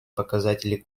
показателей